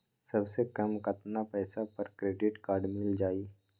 सबसे कम कतना पैसा पर क्रेडिट काड मिल जाई?